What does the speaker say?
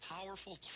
Powerful